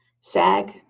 SAG